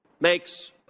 makes